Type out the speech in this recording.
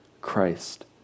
Christ